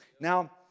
Now